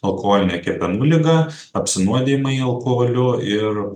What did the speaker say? alkoholinė kepenų liga apsinuodijimai alkoholiu ir